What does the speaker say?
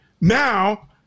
now